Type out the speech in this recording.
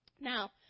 Now